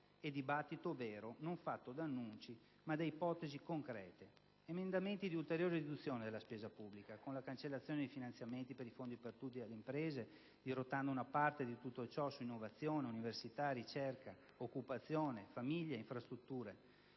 e dibattito vero, fatto non di annunci, ma di ipotesi concrete. Si tratta di emendamenti di ulteriore riduzione della spesa pubblica, con la cancellazione dei finanziamenti a fondo perduto per le imprese, dirottando una parte di tutto ciò su innovazione, università, ricerca, occupazione, famiglie ed infrastrutture.